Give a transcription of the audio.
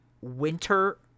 winter